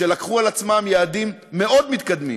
שלקחו על עצמן יעדים מאוד מתקדמים,